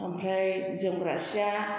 ओमफ्राय जोमग्रा सिआ